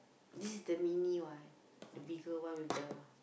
there the mini one the bigger one with the